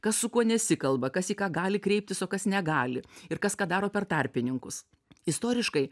kas su kuo nesikalba kas į ką gali kreiptis o kas negali ir kas ką daro per tarpininkus istoriškai